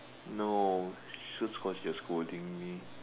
no shoot cause you're scolding me